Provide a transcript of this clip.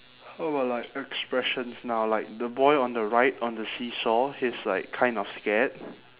how about like expressions now like the boy on the right on the seesaw he's like kind of scared